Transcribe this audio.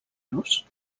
los